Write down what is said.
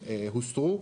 הוסרו,